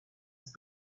had